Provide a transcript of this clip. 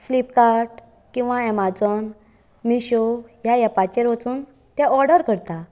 Flipkart किंवां Amazon Meesho ह्या ऍपाचेर वचून तें ऑर्डर करता